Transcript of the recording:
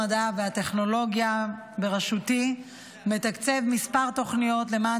המדע והטכנולוגיה בראשותי מתקצב כמה תוכניות למען